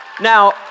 Now